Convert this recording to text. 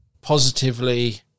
positively